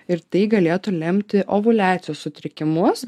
ir tai galėtų lemti ovuliacijos sutrikimus